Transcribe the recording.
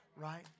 Right